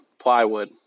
plywood